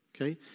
okay